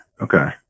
Okay